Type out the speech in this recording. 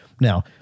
Now